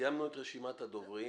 סיימנו את רשימת הדוברים.